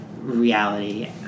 reality